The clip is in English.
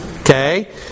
okay